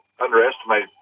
underestimate